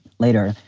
later,